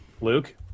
Luke